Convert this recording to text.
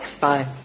Bye